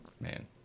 man